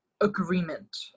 agreement